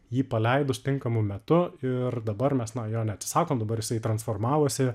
jį paleidus tinkamu metu ir dabar mes na jo neatsisakom dabar jisai transformavosi